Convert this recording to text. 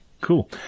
Cool